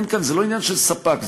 זה לא עניין של ספק,